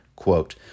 Quote